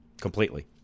Completely